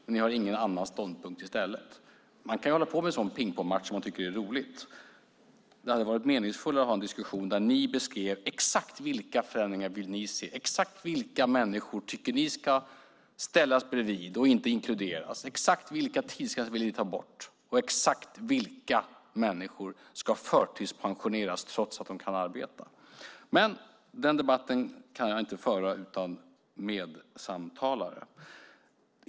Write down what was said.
Men ni har ingen annan ståndpunkt i stället. Man kan hålla på med en sådan pingpongsmatch om man tycker att det är roligt. Det hade varit meningsfullare att ha en diskussion där ni beskrev exakt vilka förändringar ni vill se, exakt vilka människor ni tycker ska ställas bredvid och inte inkluderas, exakt vilka tidsgränser ni vill ta bort och exakt vilka människor som ska förtidspensioneras trots att de kan arbeta. Den debatten kan jag inte föra utan medsamtalare.